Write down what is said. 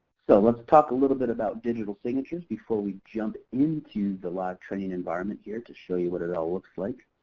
so, let's talk a little bit about digital signatures before we jump into the live training environment here to show you what it all looks like.